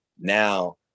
now